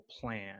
plan